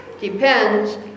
depends